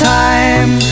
time